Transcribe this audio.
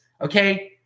okay